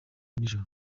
nijoro